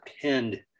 pinned